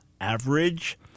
average